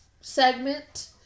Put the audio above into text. segment